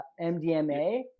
MDMA